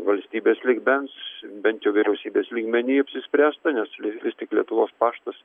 valstybės lygmens bent jau vyriausybės lygmeny apsispręsta nes vis tik lietuvos paštas